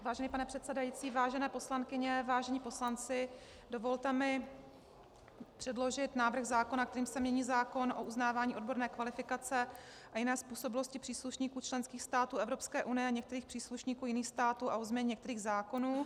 Vážený pane předsedající, vážené poslankyně, vážení poslanci, dovolte mi předložit návrh zákona, kterým se mění zákon o uznávání odborné kvalifikace a jiné způsobilosti příslušníků členských států Evropské unie a některých příslušníků jiných států a o změně některých zákonů.